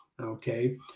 okay